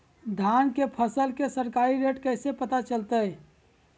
धान के फसल के सरकारी रेट कैसे पता चलताय?